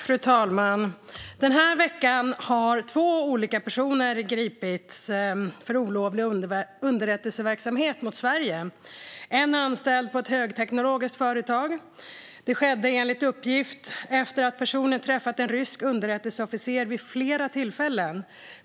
Fru talman! Denna vecka har två personer gripits för olovlig underrättelseverksamhet mot Sverige. En av personerna var anställd på ett högteknologiskt företag, och gripandet skedde enligt uppgift efter att personen vid flera tillfällen träffat en rysk underrättelseofficer.